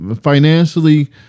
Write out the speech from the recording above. financially